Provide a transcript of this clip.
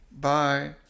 Bye